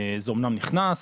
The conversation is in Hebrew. זה אמנם נכנס,